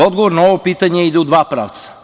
Odgovor na ovo pitanje ide u dva pravca.